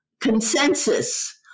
consensus